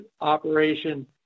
operation